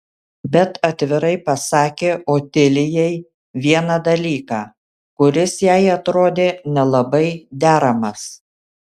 bet atvirai pasakė otilijai vieną dalyką kuris jai atrodė nelabai deramas